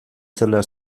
zela